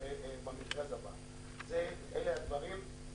אלה הדברים.